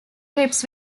trips